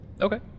okay